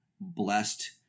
blessed